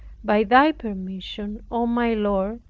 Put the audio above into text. by thy permission, o my lord,